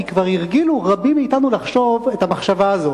כי כבר הרגילו רבים מאתנו לחשוב את המחשבה הזאת.